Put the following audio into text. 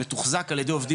מתוחזק על ידי עובדים